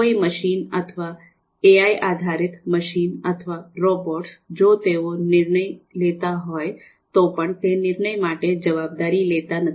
કોઈપણ મશીન અથવા એઆઈ આધારિત મશીન અથવા રોબોટ્સ જો તેઓ નિર્ણય લેતા હોય તો પણ તે નિર્ણયો માટે જવાબદારી લેતા નથી